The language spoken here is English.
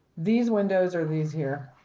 these windows are these here.